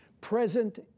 present